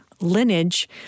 lineage